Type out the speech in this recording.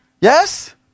Yes